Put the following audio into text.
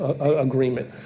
agreement